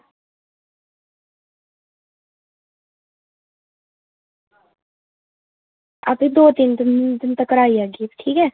आपें दो तिन दिन तकर आई जागी ठीक ऐ